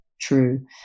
true